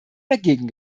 dagegen